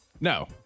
No